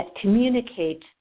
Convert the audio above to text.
communicate